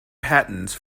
patents